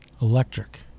Electric